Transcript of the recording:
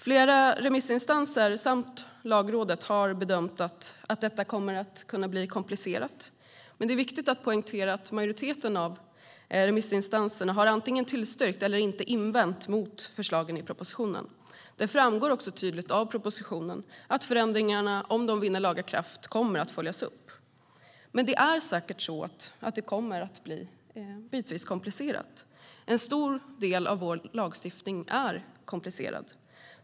Flera remissinstanser och Lagrådet har bedömt att detta kommer att bli komplicerat, men det är viktigt att poängtera att majoriteten av remissinstanserna antingen har tillstyrkt eller inte invänt mot förslagen i propositionen. Det framgår också tydligt av propositionen att förändringarna, om de vinner laga kraft, kommer att följas upp. Men det är säkert så att det kommer att bli bitvis komplicerat. En stor del av vår lagstiftning är komplicerad.